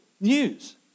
news